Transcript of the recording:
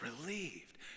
relieved